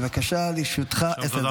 בבקשה, לרשותך עשר דקות.